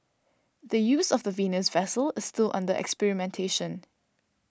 the use of the Venus vessel is still under experimentation